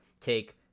take